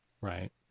Right